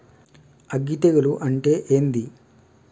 అగ్గి తెగులు అంటే ఏంది?